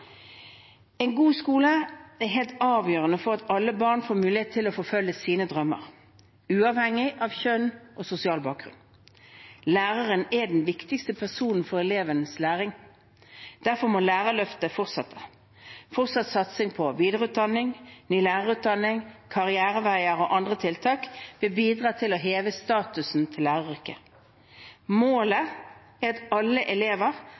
En god skole er helt avgjørende for at alle barn får mulighet til å forfølge sine drømmer, uavhengig av kjønn og sosial bakgrunn. Læreren er den viktigste personen for elevenes læring. Derfor må Lærerløftet fortsette. Fortsatt satsing på videreutdanning, ny lærerutdanning, karriereveier og andre tiltak vil bidra til å heve statusen til læreryrket. Målet er at alle elever